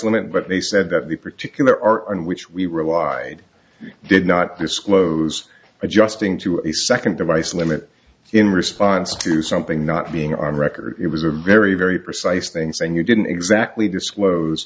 limited but they said that the particular are and which we relied did not disclose adjusting to a second device limit in response to something not being on record it was a very very precise things and you didn't exactly disclose